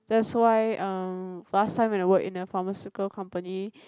that's why uh last time when I worked in a pharmaceutical company